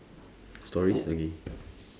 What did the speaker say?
stories okay